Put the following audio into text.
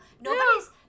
Nobody's